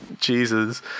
Jesus